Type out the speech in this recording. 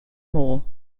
more